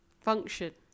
function